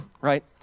right